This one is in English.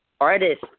artist